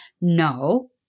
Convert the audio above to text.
No